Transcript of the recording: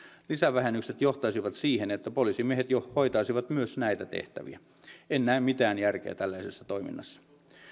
lisävähennykset johtaisivat siihen että poliisimiehet hoitaisivat myös näitä tehtäviä en näe mitään järkeä tällaisessa toiminnassa